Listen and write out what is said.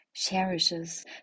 cherishes